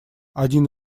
один